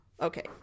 Okay